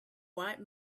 white